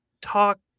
talk